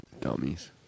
Dummies